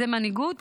זה מנהיגות?